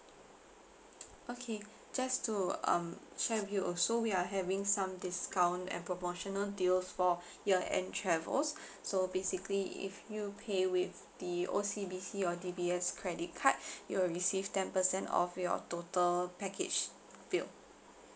okay just to um share with you also we are having some discount and promotional deals for year end travels so basically if you pay with the O_C_B_C or D_B_S credit card you will receive ten percent off your total package bill